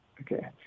okay